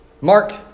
Mark